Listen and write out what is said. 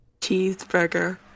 Cheeseburger